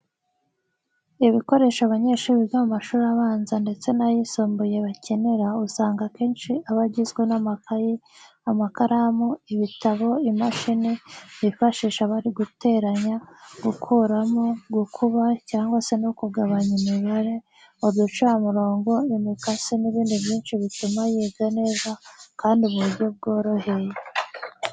Ibikoresho abanyeshuri biga mu mashuri abanza ndetse n'ayisumbuye bakenera, usanga akenshi aba agizwe n'amakayi, amakaramu, ibitabo, imashini bifashisha bari guteranya, gukuramo, gukuba cyangwa se no kugabanya imibare, uducamurongo, imikasi n'ibindi byinshi bituma yiga neza kandi mu buryo bumworoheye.